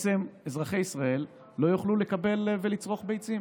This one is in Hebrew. אזרחי ישראל לא יוכלו לקבל ולצרוך ביצים.